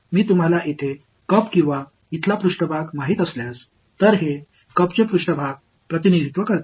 எனவே நான் இங்கே ஒரு கோப்பை எடுத்துக்காட்டாக எடுத்துக்கொண்டால் அல்லது இங்கே இந்த மேற்பரப்பை எடுத்துக்கொண்டால்